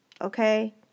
Okay